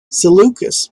seleucus